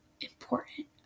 important